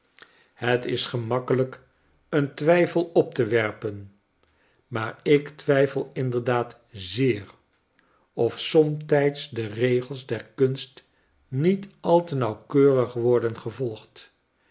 het is gemakkeiyk een twijfel op te werpen maar ik twijfel inderdaad zeer of somtijds de regels der kunst niet al te nauwkeurig worden gevolgd